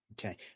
Okay